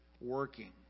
working